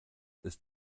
ist